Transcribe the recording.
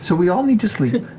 so we all need to sleep,